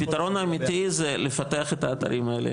הפתרון האמיתי זה לפתח את האתרים האלה,